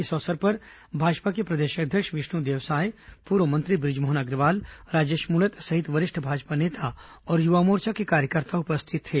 इस अवसर पर भाजपा के प्रदेश अध्यक्ष विष्णुदेव साय पूर्व मंत्री बृजमोहन अग्रवाल राजेश मूणत सहित वरिष्ठ भाजपा नेता और युवा मोर्चा के कार्यकर्ता उपस्थित थे